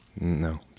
No